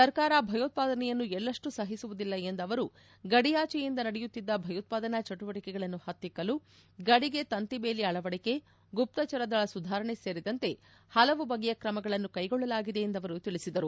ಸರ್ಕಾರ ಭಯೋತ್ವಾದನೆಯನ್ನು ಎಳ್ಳಷ್ನು ಸಹಿಸುವುದಿಲ್ಲ ಎಂದ ಅವರು ಗಡಿಯಾಚೆಯಿಂದ ನಡೆಯುತ್ತಿದ್ದ ಭಯೋತ್ಪಾದನಾ ಚಟುವಟಿಕೆಗಳನ್ನು ಹತ್ತಿಕ್ಕಲು ಗಡಿಗೆ ತಂತಿ ಬೇಲಿ ಅಳವಡಿಕೆ ಗುಪ್ತಚರ ದಳ ಸುಧಾರಣೆ ಸೇರಿದಂತೆ ಹಲವು ಬಗೆಯ ಕ್ರಮಗಳನ್ನು ಕೈಗೊಳ್ಳಲಾಗಿದೆ ಎಂದು ಅವರು ತಿಳಿಸಿದರು